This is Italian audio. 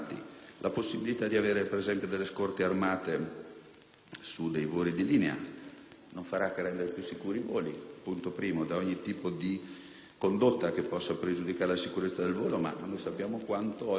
sui voli di linea non farà che rendere più sicuri i voli da ogni tipo di condotta che possa pregiudicare la sicurezza del volo. Sappiamo quanto oggi si faccia e quanto si possano temere